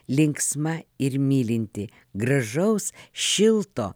linksma ir mylinti gražaus šilto